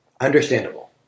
Understandable